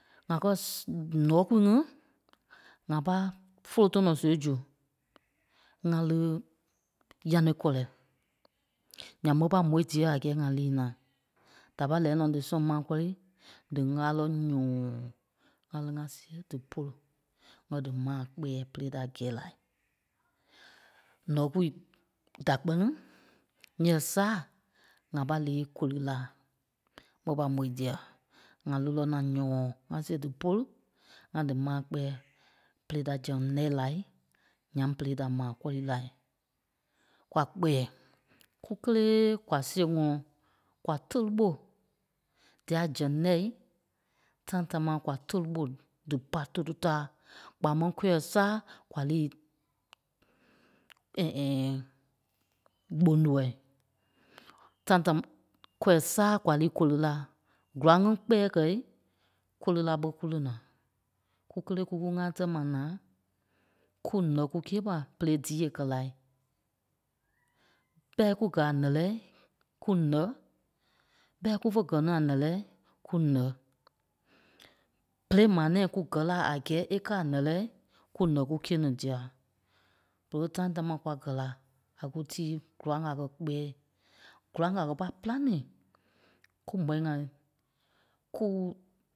ŋa kɛ̀ nɔ̂kui ŋí ŋa pâi fólo tɔnɔ siɣei zu ŋá lí Yaneikɔlɛ. Ǹyaŋ ḿve pâi môi dîa a gɛ́ɛ ŋa liî na, da pâi lɛɛi nɔ́ dí sɛŋ maa kɔ́rii dí ŋ́gaa lɔ ǹyɔ̃ɔ. ŋá lí nɔ́ sìi ŋa see dí pôlu ŋ́gɛ dí maa kpɛɛ berei da gɛ̂i lai. Nɔ̂kui da kpɛ́ni nyɛɛ sâa, ŋa pâi liî Koli lá fé pâi mòi dîa. ŋa li nɔ́ na ǹyɔ̃ɔ ŋá see dí pôlu ŋá dí maa kpɛ́ɛ berei da zɛŋ ŋí lɛ́i lai ǹyaŋ berei da maa kɔ́rii lai. Kwa kpɛ̀ɛ, kú kélee kwa see ŋɔ́nɔ kwa tóli ɓó dîai zɛŋ nɛ́i, tãi támaa kwa tóli ɓo dípa Tototaa kpaa máŋ kûɛ sâa liî Gbôŋnɔi. Tãi tám kûɛ sâa, kwa liî Kolila. Góraŋ ŋí kpɛ̀ɛ kɛ̀i, Kolila ɓé kú lì na. Kú kelee kú kú ŋáa tɛ̀ ma naa kú nɛ̀ kú kîe ma berei díi è kɛ̀ lai. ɓɛ́i kú gɛ̀ nɛ́lɛɛi kú nɛ̂, ɓɛ́i kúfe gɛ̀ ní a nɛ́lɛɛi kú nɛ̀. Berei maa nɛ̃ɛ kú gɛ́ la a gɛ́ɛ é kɛ́ a nɛ́lɛɛi, kú nɛ̀ kú kîe ni dîa. Bere ɓé tãi támaa kwa gɛ́ la a kú tíi góraŋ a kɛ̀ kpɛɛi. Góraŋ a kɛ̀ pâi pîlaŋ ni, kú mɔ̂i ŋai, kûu.